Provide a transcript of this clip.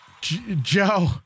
Joe